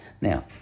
Now